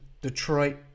Detroit